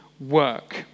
work